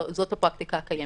זאת הפרקטיקה הקיימת.